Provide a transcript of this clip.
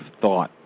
thought